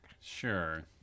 sure